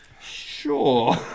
Sure